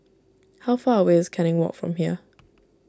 how far away is Canning Walk from here